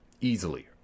easily